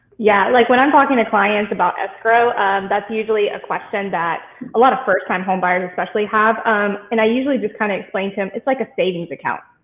yeah like when i'm talking to clients about escrow that's usually a question that a lot of first-time home buyers especially have. um and i usually just kinda explained to them it's like a savings account.